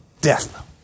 death